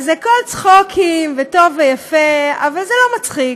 אז הכול צחוקים, וטוב ויפה, אבל זה לא מצחיק.